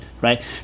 right